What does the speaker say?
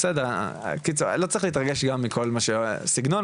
לא צריך להתרגש גם מכל סגנון,